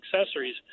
accessories